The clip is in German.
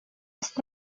ist